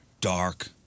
Dark